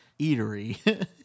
Eatery